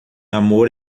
amor